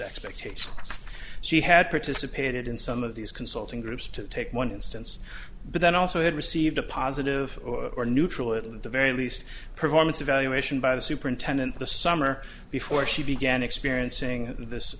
expectations she had participated in some of these consulting groups to take one instance but then also had received a positive or neutral at the very least performance evaluation by the superintendent the summer before she began experiencing this